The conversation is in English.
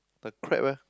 a crab eh